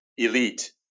elite